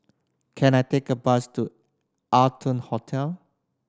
can I take a bus to Arton Hotel